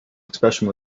expression